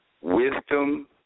Wisdom